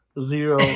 Zero